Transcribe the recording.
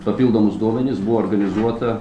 papildomus duomenis buvo organizuota